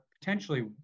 potentially